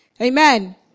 Amen